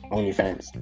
OnlyFans